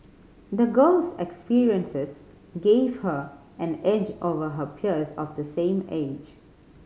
the girl's experiences gave her an edge over her peers of the same age